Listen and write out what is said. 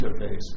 interface